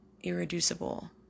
irreducible